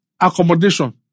accommodation